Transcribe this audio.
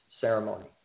ceremony